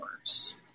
hours